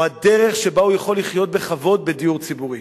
או הדרך שבה הוא יכול לחיות בכבוד בדיור ציבורי.